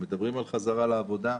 מדברים על חזרה לעבודה,